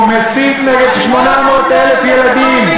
הוא מסית נגד 800,000 ילדים.